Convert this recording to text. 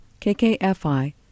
KKFI